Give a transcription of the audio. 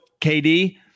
KD